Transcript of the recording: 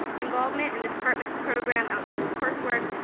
involvement in the department's program outside of course work,